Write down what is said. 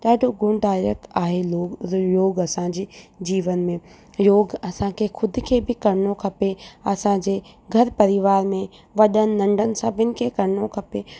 ॾाढो गुणदायक आहे लोग योगु असां जे जीवन में योगु असां खे ख़ुदि खे बि करिणो खपे असां जे घर परिवार में वॾनि नन्ढनि सभीनि खे करिणो खपे